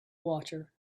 water